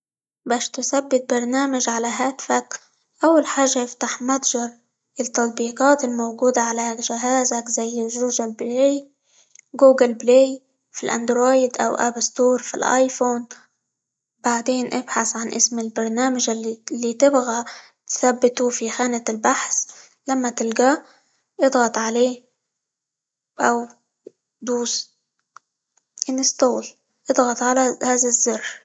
باش تثبت برنامج على هاتفك، أول حاجة افتح متجر التطبيقات الموجودة على جهازك زي -جوجل بلاي- جوجل بلاي في الأندرويد، أو آب ستور في الأيفون، بعدين ابحث عن اسم البرنامج -الل- اللي تبغى تثبته في خانة البحث، لما تلقاه اضغط عليه، أو دوس تثبيت، اضغط على هذا الزر.